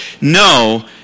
no